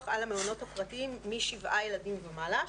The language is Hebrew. על המעונות הפרטיים משבעה ילדים ומעלה,